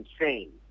insane